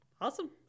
Awesome